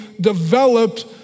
developed